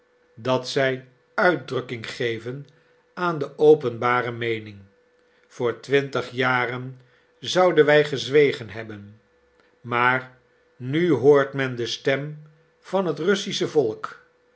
dat zij uitdrukking geven aan de openbare meening voor twintig jaren zouden wij gezwegen hebben maar nu hoort men de stem van het russisch volk